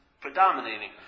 predominating